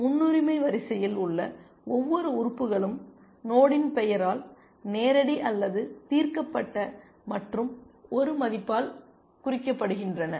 முன்னுரிமை வரிசையில் உள்ள ஒவ்வொரு உறுப்புகளும் நோடின் பெயரால் நேரடி அல்லது தீர்க்கப்பட்ட மற்றும் ஒரு மதிப்பால் குறிக்கப்படுகின்றன